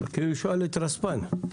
צריך לשאול את רספ"ן.